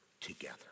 together